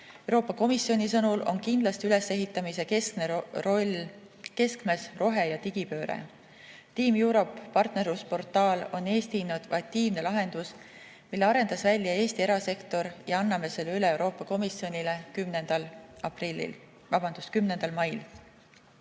Euroopa Komisjoni sõnul on kindlasti ülesehitamise keskmes rohe- ja digipööre. Team Europe partnerlusportaal on Eesti innovatiivne lahendus, mille arendas välja Eesti erasektor, me anname selle Euroopa Komisjonile üle 10. mail.